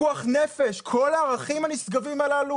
"פיקוח נפש" כל הערכים הנשגבים הללו